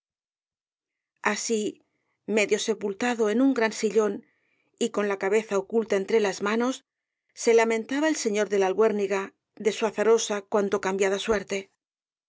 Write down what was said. así medio sepultado en un gran sillón y con la cabeza oculta entre las manos se lamentaba el señor de la albuérniga de su azarosa cuanto cambiada suerte